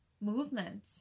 Movement